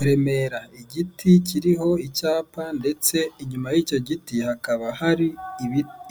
I Remera igiti kiriho icyapa ndetse inyuma y'icyo giti hakaba hari